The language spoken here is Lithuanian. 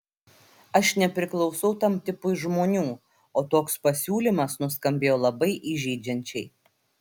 aš nepriklausau tam tipui žmonių o toks pasiūlymas nuskambėjo labai įžeidžiančiai